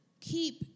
keep